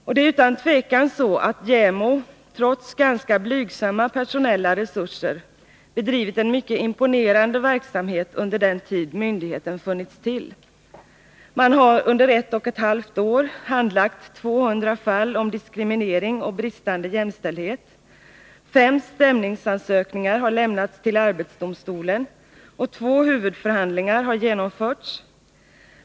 Det är utan tvekan så att JämO, trots ganska blygsamma personella resurser, bedrivit en mycket imponerande verksamhet under den tid myndigheten funnits till. Man har under ett och ett halvt år handlagt 200 fall om diskriminering och bristande jämställdhet, fem stämningsansökningar har lämnats till arbetsdomstolen och två huvudförhandlingar har genomförts.